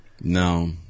No